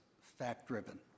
fact-driven